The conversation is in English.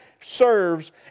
serves